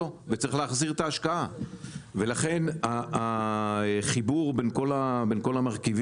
וצריך להחזיר את ההשקעה ולכן החיבור בין כל המרכיבים,